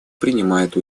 принимает